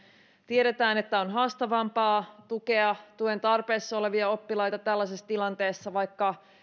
tiedetään että on haastavampaa tukea tuen tarpeessa olevia oppilaita tällaisessa tilanteessa vaikka